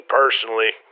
personally